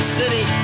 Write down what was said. city